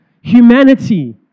humanity